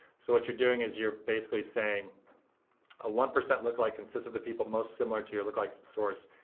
so what you're doing is you're basically saying a one percent lookalike consists of the people most similar to your lookalike source.